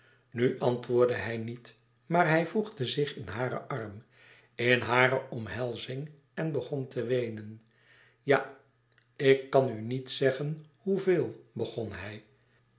nu antwoordde hij niet maar hij voegde zich in haren arm in hare omhelzing en begon te weenen ja ik kan u niet zeggen hoeveel begon hij